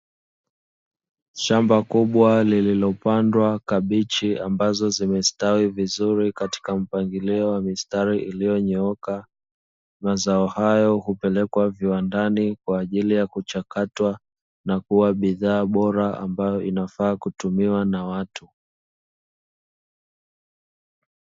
Shamba kubwa lililopandwa kabichi, ambazo zimestawi vizuri katika mpangilio wa mistari iliyonyooka, mazao hayo hupelekwa viwandani kwa ajili ya kuchakatwa na kuwa bidhaa bora ambayo inayofaa kutumiwa na watu.